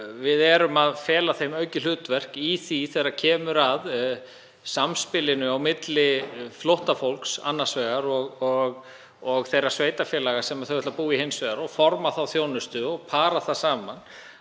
Við erum að fela því aukið hlutverk þegar kemur að samspilinu á milli flóttafólks annars vegar og þeirra sveitarfélaga sem það ætlar að búa í hins vegar og forma þá þjónustu og para saman.